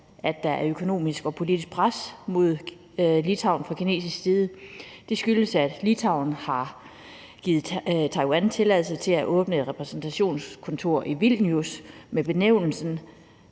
at der er et økonomisk og politisk pres på Litauen fra kinesisk side, og det skyldes, at Litauen har givet Taiwan tilladelse til at åbne et repræsentationskontor i Vilnius med benævnelsen